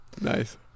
Nice